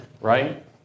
right